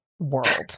World